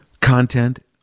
content